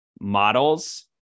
models